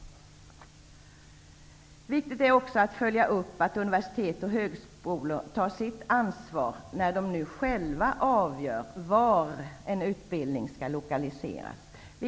Det är också viktigt att följa upp att universitet och högskolor tar sitt ansvar när de nu själva avgör en utbildnings lokalisering.